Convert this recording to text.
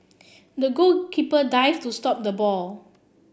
the goalkeeper dived to stop the ball